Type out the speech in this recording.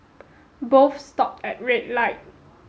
both stopped at a red light